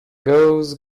goes